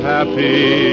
Happy